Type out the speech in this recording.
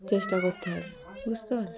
চেষ্টা করতে হবে বুঝতে পারলে